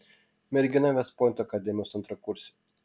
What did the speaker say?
mergina vest pointo akademijos antrakursė